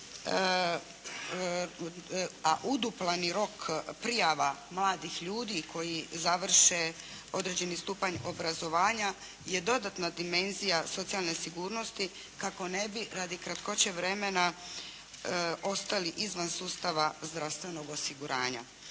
a uduplani rok prijava mladih ljudi koji završe određeni stupanj obrazovanja je dodatna dimenzija socijalne sigurnosti kako ne bi radi kratkoće vremena ostali izvan sustava zdravstvenog osiguranja.